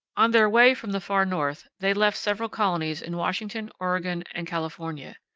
on their way from the far north they left several colonies in washington, oregon, and california.